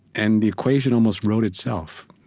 and the equation almost wrote itself.